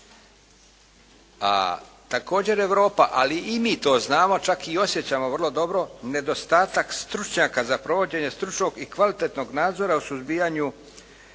a također Europa, ali i mi to znamo, čak i osjećamo vrlo dobro, nedostatak stručnjaka za provođenje stručnog i kvalitetnog nadzora u suzbijanju